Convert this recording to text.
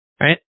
Right